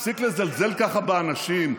תפסיק לזלזל ככה באנשים,